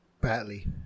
badly